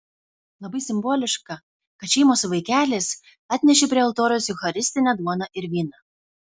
labai simboliška kad šeimos su vaikeliais atnešė prie altoriaus eucharistinę duoną ir vyną